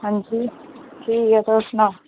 हां जी ठीक ऐ तुस सनाओ